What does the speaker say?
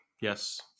Yes